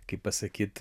kaip pasakyt